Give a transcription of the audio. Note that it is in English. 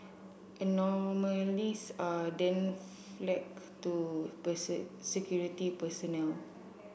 anomalies are then flagged to security personnel